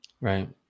right